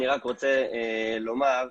אני רק רוצה לומר,